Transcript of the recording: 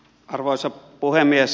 arvoisa puhemies